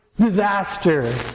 disaster